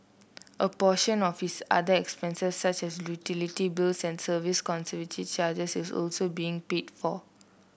a portion of his other expenses such as utility bills and service and conservancy charges is also being paid for